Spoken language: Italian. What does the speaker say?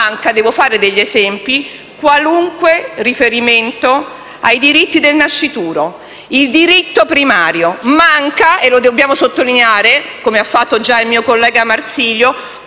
devo fare degli esempi - manca qualunque riferimento ai diritti del nascituro, il diritto primario. Manca - e lo dobbiamo sottolineare, come ha fatto già il collega Marsilio